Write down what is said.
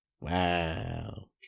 Wow